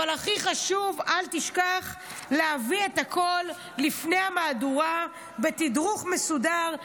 אבל הכי חשוב: אל תשכח להביא את הכול לפני המהדורה בתדרוך מסודר,